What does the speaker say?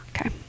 okay